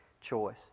choice